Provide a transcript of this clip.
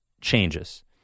changes